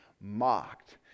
mocked